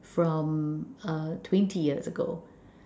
from uh twenty years ago